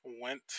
went